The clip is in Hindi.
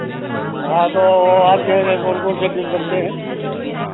हाँ तो आपके यहाँ कोन कोन से डिश बनते हैं